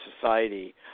society